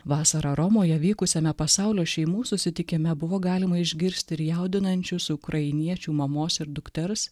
vasarą romoje vykusiame pasaulio šeimų susitikime buvo galima išgirsti ir jaudinančius ukrainiečių mamos ir dukters